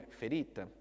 ferita